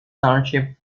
township